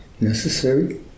necessary